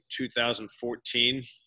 2014